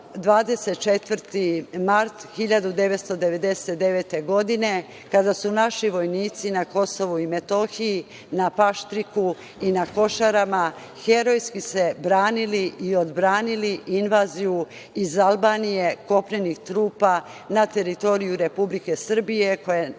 24. mart 1999. godine kada su naši vojnici na KiM na Paštriku i na Košarama se herojski branili i odbranili invaziju iz Albanije kopnenih trupa na teritoriju Republike Srbije koja